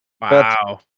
Wow